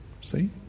see